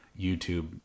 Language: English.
YouTube